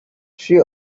she